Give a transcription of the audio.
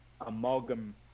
amalgam